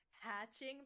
Hatching